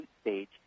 stage